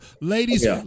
ladies